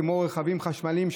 כמו רכבים חשמליים,